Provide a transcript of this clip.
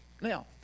Now